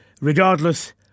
regardless